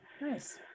nice